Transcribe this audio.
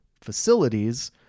facilities